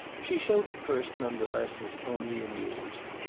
she showed at first none the less as only amused.